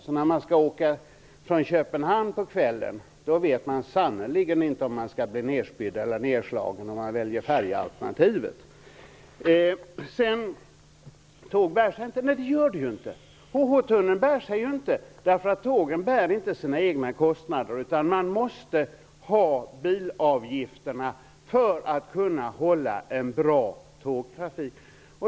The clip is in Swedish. Om man skall åka från Köpenhamn på kvällen och väljer färjealternativet vet man sannerligen inte om man kommer att bli nedspydd och nedslagen. Det sägs att tåg inte bär sig. Nej, det gör de inte. Tågtunnel bär sig inte därför att tågen inte bär sina egna kostnader. Man måste ha bilavgifter för att kunna hålla en bra tågtrafik.